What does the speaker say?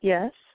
Yes